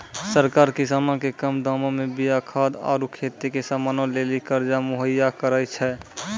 सरकार किसानो के कम दामो मे बीया खाद आरु खेती के समानो लेली कर्जा मुहैय्या करै छै